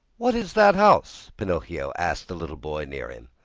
what is that house? pinocchio asked a little boy near him.